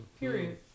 Period